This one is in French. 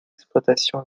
exploitations